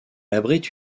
abrite